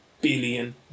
billion